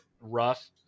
rough